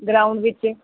ground ਵਿੱਚ